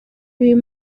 uyu